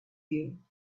you